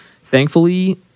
Thankfully